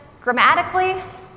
grammatically